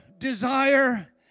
desire